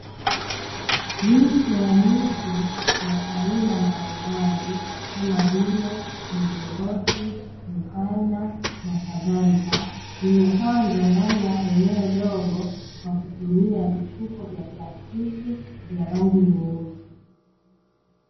Miche ya miti ya aina mbalimbali kama vile milingoti, mipaina, na kadhalika imepandwa ndani ya eneo dogo kwa kutumia vifuko vya plastiki, vya rangi nyeusi.